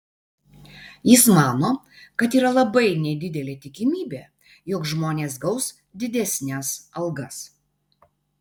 jis mano kad yra labai nedidelė tikimybė jog žmonės gaus didesnes algas